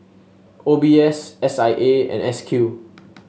O B S S I A and S Q